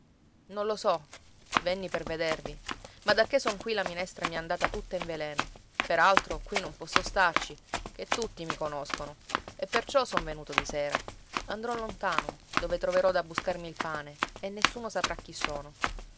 non lo so venni per vedervi ma dacché son qui la minestra mi è andata tutta in veleno per altro qui non posso starci ché tutti mi conoscono e perciò son venuto di sera andrò lontano dove troverò da buscarmi il pane e nessuno saprà chi sono